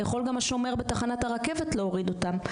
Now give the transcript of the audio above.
יכול גם השומר בתחנת הרכבת להוריד אותם.